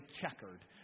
checkered